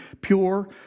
pure